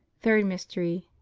third mystery.